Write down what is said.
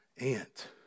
aunt